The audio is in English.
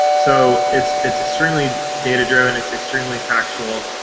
so, it's it's extremely data-driven. it's extremely factual.